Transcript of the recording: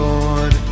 Lord